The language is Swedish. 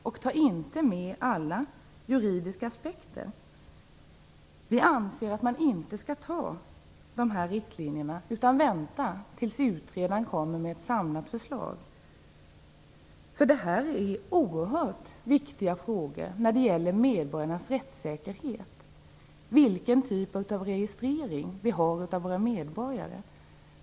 De tar inte med alla juridiska aspekter. Vi anser att man inte skall anta dessa riktlinjer utan vänta tills utredaren kommer med ett samlat förslag. Detta är oerhört viktiga frågor som gäller medborgarnas rättssäkerhet. Vilken typ av registrering av våra medborgare skall vi ha?